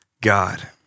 God